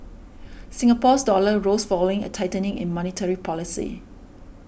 Singapore's dollar rose following a tightening in monetary policy